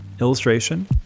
illustration